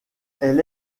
elle